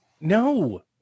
no